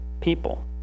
people